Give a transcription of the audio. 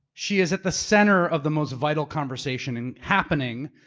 she is at the center of the most vital conversation and happening